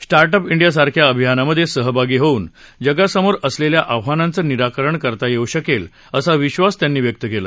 start up India सारख्या अभियानामधे सहभागी होऊन जगासमोर असलेलया आव्हानांचं निराकरण करता येऊ शकेल असा विधास त्यांनी व्यक्त केला